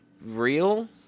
real